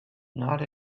not